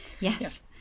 yes